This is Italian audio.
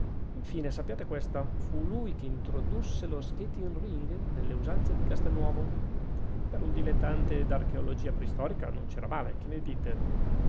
infine sappiate questa fu lui che introdusse lo skating ring nelle usanze di castelnuovo per un dilettante d'archeologia preistorica non c'era male che ne dite